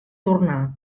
tornar